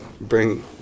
bring